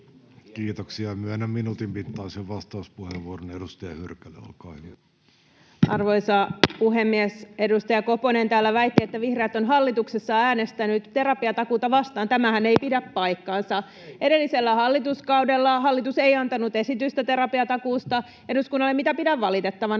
Kiitoksia. — Myönnän minuutin mittaisen vastauspuheenvuoron edustaja Hyrkölle. — Olkaa hyvä. Arvoisa puhemies! Edustaja Koponen täällä väitti, että vihreät ovat hallituksessa äänestäneet terapiatakuuta vastaan. Tämähän ei pidä paikkaansa. [Perussuomalaisten ryhmästä: Eikö?] Edellisellä hallituskaudella hallitus ei antanut esitystä terapiatakuusta eduskunnalle, mitä pidän valitettavana.